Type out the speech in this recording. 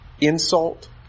insult